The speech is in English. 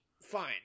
fine